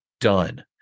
done